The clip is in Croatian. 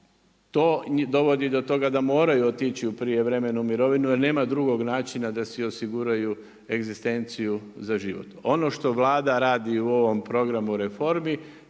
to dovodi do toga da moraju otići u prijevremenu mirovinu jel nema drugog načina da si osiguraju egzistenciju za život. Ono što Vlada radi u ovom programu reformi